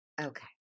Okay